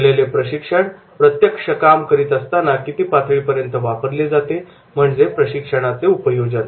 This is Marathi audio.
दिलेले प्रशिक्षण प्रत्यक्ष काम करत असताना किती पातळीपर्यंत वापरले जाते म्हणजे प्रशिक्षणाचे उपयोजन